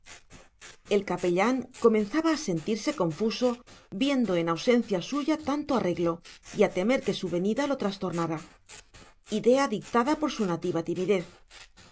el capellán comenzaba a sentirse confuso viendo en ausencia suya tanto arreglo y a temer que su venida lo trastornara idea dictada por su nativa timidez